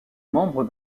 membre